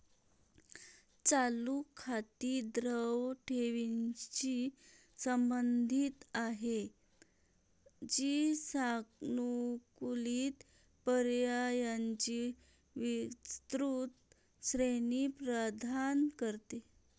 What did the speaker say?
चालू खाती द्रव ठेवींशी संबंधित आहेत, जी सानुकूलित पर्यायांची विस्तृत श्रेणी प्रदान करते